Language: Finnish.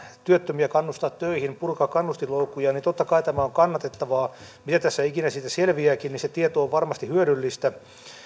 työttömiä kannustaa töihin purkaa kannustinloukkuja niin totta kai tämä on kannatettavaa mitä tässä ikinä siitä selviääkin niin se tieto on varmasti hyödyllistä